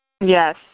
Yes